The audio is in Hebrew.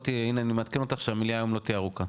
הנה אני מעדכן אותך שהמליאה היום לא תהיה ארוכה.